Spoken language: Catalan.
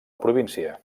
província